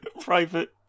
Private